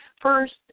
First